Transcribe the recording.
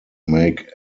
make